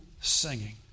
singing